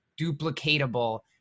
duplicatable